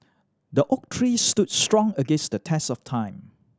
the oak tree stood strong against the test of time